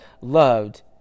loved